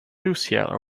lucia